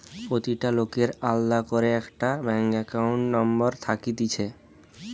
প্রতিটা লোকের আলদা করে একটা ব্যাঙ্ক একাউন্ট নম্বর থাকতিছে